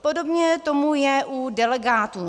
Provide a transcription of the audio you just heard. Podobně tomu je u delegátů.